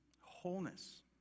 wholeness